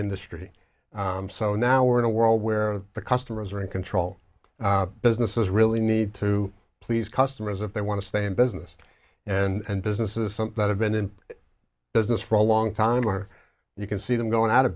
industry so now we're in a world where the customers are in control and businesses really need to please customers if they want to stay in business and business is something that have been in business for a long time or you can see them going out of